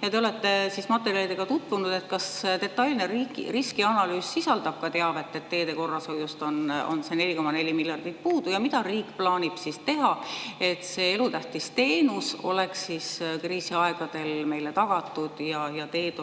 Te olete materjalidega tutvunud. Kas detailne riskianalüüs sisaldab ka teavet, et teede korrashoiust on 4,4 miljardit puudu? Ja mida riik plaanib teha, et see elutähtis teenus oleks kriisiaegadel meile tagatud ja teed